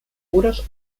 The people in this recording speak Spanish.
puros